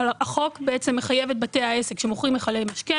החוק מחייב את בתי העסק שמוכרים מיכלי משקה